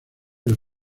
del